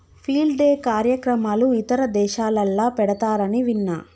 field day కార్యక్రమాలు ఇతర దేశాలల్ల పెడతారని విన్న